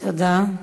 תודה.